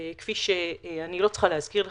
אני לא צריכה להזכיר לך,